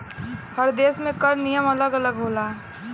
हर देस में कर नियम अलग अलग होला